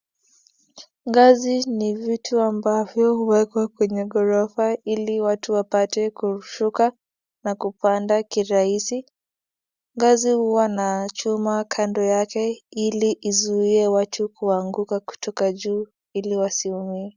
Ngazi ni vitu ambavyo huwekwa kwenye gorofa ili watu wapate kushuka na kupanda kiraisi. Ngazi huwa na chuma kando yake ili izuie watu kuanguka kutoka juu ili wasiumie.